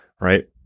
right